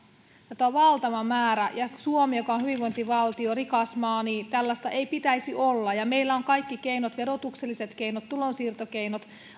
tämä on valtava määrä suomessa joka on hyvinvointivaltio rikas maa tällaista ei pitäisi olla meillä on kaikki keinot verotukselliset keinot tulonsiirtokeinot